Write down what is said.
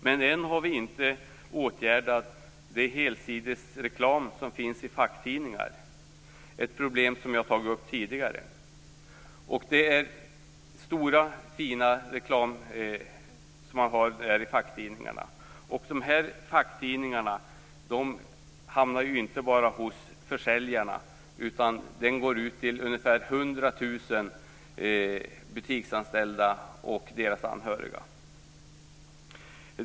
Men ännu har vi inte åtgärdat den helsidesreklam som finns i facktidningar - ett problem som jag tidigare har tagit upp. Det är stora fina reklambilder i facktidningarna, som ju inte bara hamnar hos försäljarna utan som också går ut till ungefär 100 000 butiksanställda och deras anhöriga.